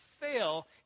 fail